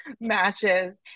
matches